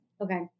okay